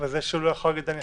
בזה שהוא לא יכול להוכיח?